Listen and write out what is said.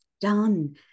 done